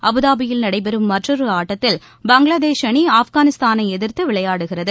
அபுதாபியில் நடைபெறும் மற்றொரு ஆட்டத்தில் பங்களாதேஷ் அணி ஆப்கானிஸ்தானை எதிர்த்து விளையாடுகிறது